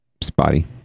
spotty